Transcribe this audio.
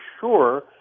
sure